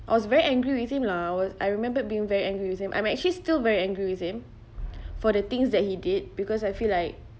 I was very angry with him lah I was I remembered being very angry with him I'm actually still very angry with him for the things that he did because I feel like